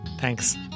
Thanks